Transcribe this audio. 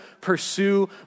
pursue